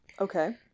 Okay